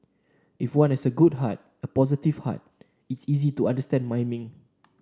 if one has a good heart a positive heart it's easy to understand miming